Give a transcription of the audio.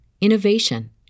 innovation